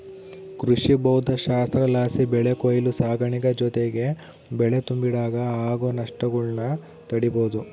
ಕೃಷಿಭೌದ್ದಶಾಸ್ತ್ರಲಾಸಿ ಬೆಳೆ ಕೊಯ್ಲು ಸಾಗಾಣಿಕೆ ಜೊತಿಗೆ ಬೆಳೆ ತುಂಬಿಡಾಗ ಆಗೋ ನಷ್ಟಗುಳ್ನ ತಡೀಬೋದು